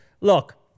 look